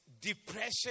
depression